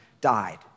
died